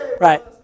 Right